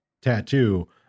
tattoo